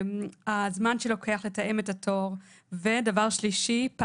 הזמן שלוקח לתאם את התור ודבר שלישי הוא